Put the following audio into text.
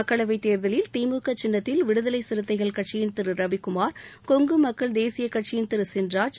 மக்களவைத் தேர்தலில் திமுக சின்னத்தில் விடுதலை சிறுத்தைகள் கட்சியின் திரு ரவிக்குமார் கொங்கு மக்கள் தேசிய கட்சியின் திரு சின்ராஜ்